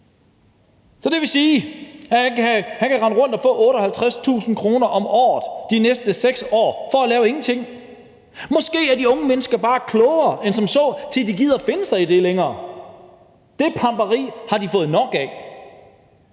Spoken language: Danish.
Det vil sige, at han kan rende rundt og få 58.000 kr. om måneden de næste 6 år for at lave ingenting. Måske er de unge mennesker bare klogere end som så og gider ikke finde sig i det længere. Det pamperi har de fået nok af.